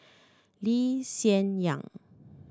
Lee Hsien Yang